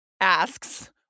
asks